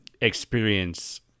experience